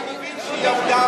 אני מבין שהיא עבדה